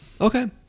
okay